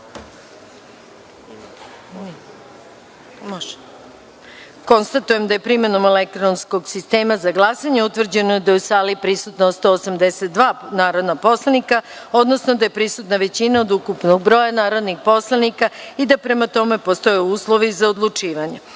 glasanje. Konstatujem da je primenom elektronskog sistema za glasanje utvrđeno da je u sali prisutno 179 narodnih poslanika, odnosno da je prisutna većina od ukupnog broja narodnih poslanika i da prema tome postoje uslovi za odlučivanje. Prelazimo